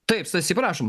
taip stasy prašom